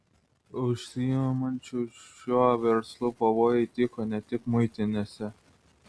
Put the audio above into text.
užsiimančių šiuo verslu pavojai tyko ne tik muitinėse